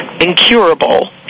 incurable